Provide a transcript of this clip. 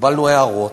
קיבלנו הערות,